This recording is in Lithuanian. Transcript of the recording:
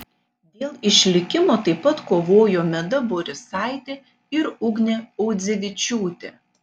dėl išlikimo taip pat kovojo meda borisaitė ir ugnė audzevičiūtė